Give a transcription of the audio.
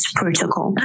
protocol